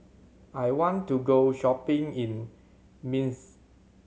I want to go shopping in Minsk